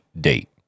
date